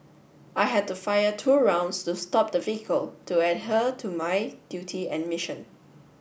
I had to fire two rounds to stop the vehicle to adhere to my duty and mission